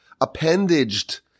appendaged